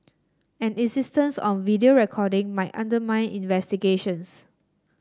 an insistence on video recording might undermine investigations